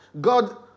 God